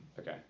Okay